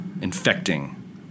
infecting